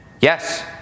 yes